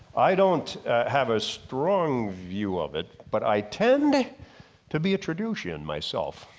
i don't have a strong view of it, but i tend to be a tradition myself.